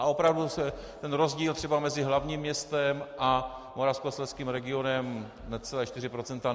A opravdu je rozdíl třeba mezi hlavním městem a Moravskoslezským regionem necelá čtyři procenta.